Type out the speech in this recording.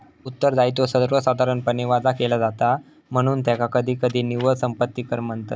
उत्तरदायित्व सर्वसाधारणपणे वजा केला जाता, म्हणून त्याका कधीकधी निव्वळ संपत्ती कर म्हणतत